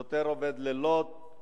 שוטר עובד לילות,